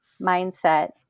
mindset